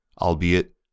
albeit